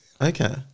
Okay